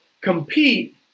compete